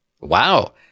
Wow